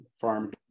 farm